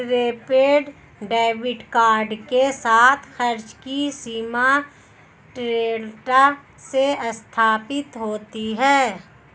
prepaid debit card के साथ, खर्च की सीमा दृढ़ता से स्थापित होती है